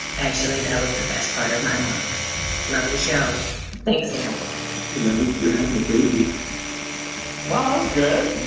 actually, that was the best part of my month love your show thanks, sam and i hope you're having a great week wow. that was good